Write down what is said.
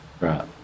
Right